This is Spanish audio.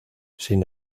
sin